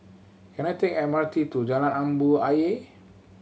can I take M R T to Jalan Ayer